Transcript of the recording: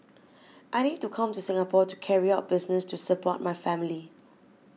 I need to come to Singapore to carry out business to support my family